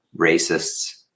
racists